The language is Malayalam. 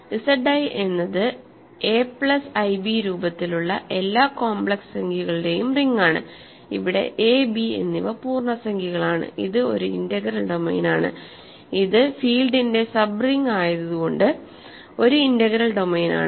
Z i എന്നത് ഒരു a പ്ലസ് ib രൂപത്തിലുള്ള എല്ലാ കോംപ്ലക്സ് സംഖ്യകളുടെയും റിങ്ങാണ് ഇവിടെ a b എന്നിവ പൂർണ്ണസംഖ്യകളാണ് ഇത് ഒരു ഇന്റഗ്രൽ ഡൊമെയ്നാണ് ഇത് ഫീൽഡിന്റെ സബ് റിങ് ആയതുകൊണ്ട് ഒരു ഇന്റഗ്രൽ ഡൊമെയ്നാണ്